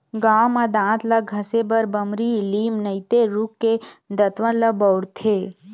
गाँव म दांत ल घसे बर बमरी, लीम नइते रूख के दतवन ल बउरथे